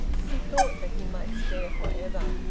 he thought that he might stare for ever.